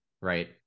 right